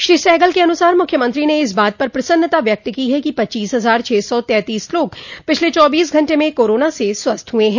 श्री सहगल के अनसार मुख्यमंत्री ने इस बात पर प्रसन्नता व्यक्त की है कि पच्चीस हजार छः सौ तेतिस लोग पिछले चौबीस घण्टे में कोरोना से स्वस्थ हुए हैं